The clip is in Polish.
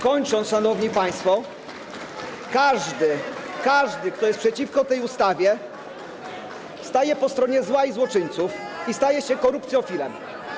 Kończąc, szanowni państwo, chcę powiedzieć, że każdy, kto jest przeciwko tej ustawie, staje po stronie zła i złoczyńców i staje się korupcjofilem.